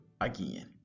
again